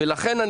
לכן,